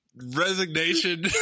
resignation